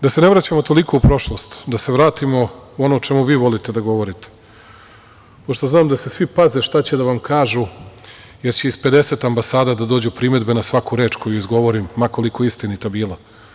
Da se ne vraćamo toliko u prošlost, da se vratimo u ono o čemu vi volite da govorite, pošto znam da se svi paze šta će da vam kažu, jer će iz 50 ambasada da dođu primedbe na svaku reč, koju izgovorim, ma koliko istinita bila.